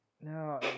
No